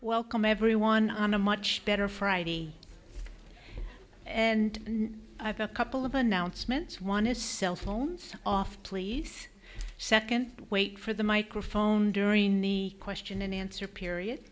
welcome everyone on a much better friday and a couple of announcements one is cell phones off please second wait for the microphone during the question and answer period